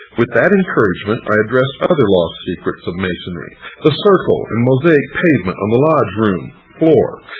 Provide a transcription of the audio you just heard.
with that encouragement i addressed other lost secrets of masonry the circle and mosaic pavement on the lodge room floor,